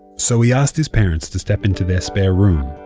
so he asked his parents to step into their spare room,